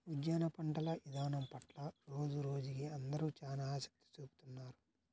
ఉద్యాన పంటల ఇదానం పట్ల రోజురోజుకీ అందరూ చానా ఆసక్తి చూపిత్తున్నారు